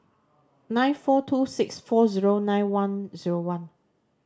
nine four two six four zero nine one zero one